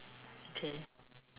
okay